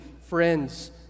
friends